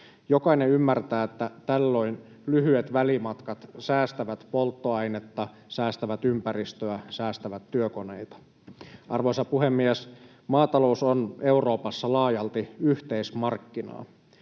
Jokainen ymmärtää, että tällöin lyhyet välimatkat säästävät polttoainetta, säästävät ympäristöä, säästävät työkoneita. Arvoisa puhemies! Maatalous on Euroopassa laajalti yhteismarkkinaa.